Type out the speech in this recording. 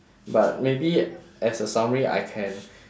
but maybe as a summary I can